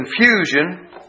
confusion